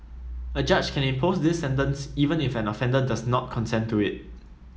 a judge can impose this sentence even if an offender does not consent to it